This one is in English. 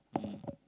mm